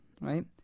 right